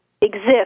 exist